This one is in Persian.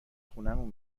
خونمون